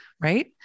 right